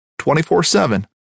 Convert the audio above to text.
24-7